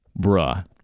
bruh